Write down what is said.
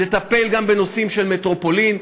וגם לטפל בנושאים של מטרופולין,